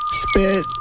spit